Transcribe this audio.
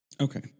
Okay